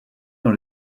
dans